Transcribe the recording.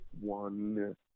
one